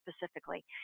specifically